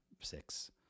six